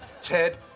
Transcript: Ted